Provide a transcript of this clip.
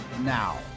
now